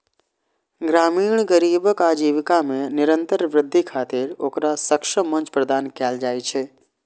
ग्रामीण गरीबक आजीविका मे निरंतर वृद्धि खातिर ओकरा सक्षम मंच प्रदान कैल जाइ छै